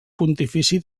pontifici